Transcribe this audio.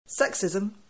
Sexism